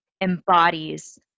embodies